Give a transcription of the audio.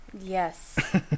Yes